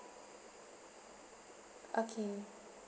okay